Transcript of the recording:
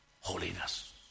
Holiness